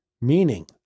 meaning